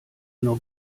nur